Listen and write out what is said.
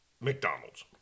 McDonald's